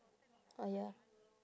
orh ya